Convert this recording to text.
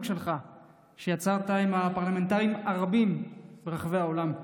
שלך שיצרת עם הפרלמנטים הרבים ברחבי העולם.